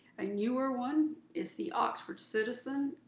a newer one is the oxford citizen,